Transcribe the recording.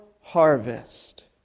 harvest